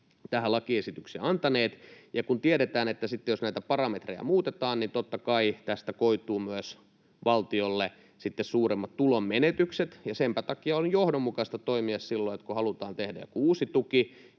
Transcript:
tähän lakiesityksen antaneet. Kun tiedetään, että sitten, jos näitä parametrejä muutetaan, niin totta kai tästä koituu valtiolle myös suuremmat tulonmenetykset. Senpä takia on johdonmukaista toimia silloin niin, että kun halutaan tehdä joku uusi tuki